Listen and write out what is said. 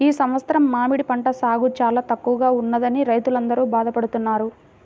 ఈ సంవత్సరం మామిడి పంట సాగు చాలా తక్కువగా ఉన్నదని రైతులందరూ బాధ పడుతున్నారు